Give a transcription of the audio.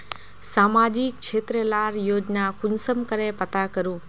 सामाजिक क्षेत्र लार योजना कुंसम करे पता करूम?